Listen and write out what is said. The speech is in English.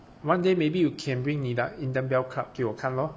one day maybe you can bring 你的 indian bell club 给我看咯